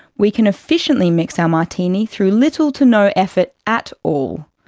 we can efficiently mix our martini through little to no effort at all.